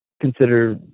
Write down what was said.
consider